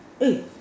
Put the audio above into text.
eh